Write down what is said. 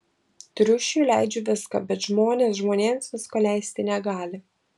triušiui leidžiu viską bet žmonės žmonėms visko leisti negali